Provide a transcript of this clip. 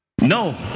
No